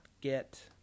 get